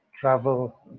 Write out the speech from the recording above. travel